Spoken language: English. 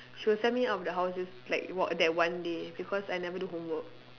she will send me out of the house just like w~ that one day because I never do homework